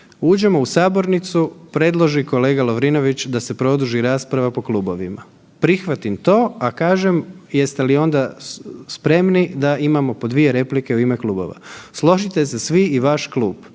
Uđemo u sabornicu, predloži kolega Lovrinović da se produži rasprava po klubovima. Prihvatim to, a kažem jeste li onda spremni da imamo po 2 replike u ime klubova. Složite se svi i vaš klub.